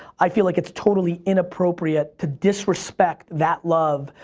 i feel like it's totally inappropriate to disrespect that love,